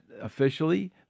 officially